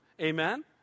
Amen